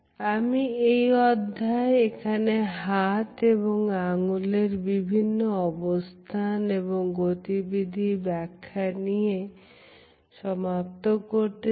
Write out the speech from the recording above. আমি এই অধ্যায়ে এখানে হাত এবং আঙ্গুলের বিভিন্ন অবস্থান এবং গতিবিধির ব্যাখ্যা দিয়ে সমাপ্ত করতে চাই